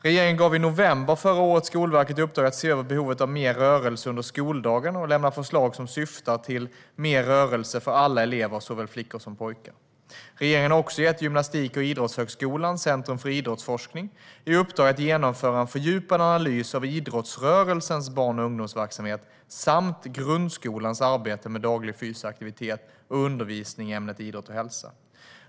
Regeringen gav i november förra året Skolverket i uppdrag att se över behovet av mer rörelse under skoldagen och lämna förslag som syftar till mer rörelse för alla elever, såväl flickor som pojkar . Regeringen har också gett Gymnastik och idrottshögskolan, Centrum för idrottsforskning, i uppdrag att genomföra en fördjupad analys av idrottsrörelsens barn och ungdomsverksamhet samt grundskolans arbete med daglig fysisk aktivitet och undervisning i ämnet idrott och hälsa .